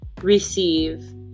receive